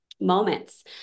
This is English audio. moments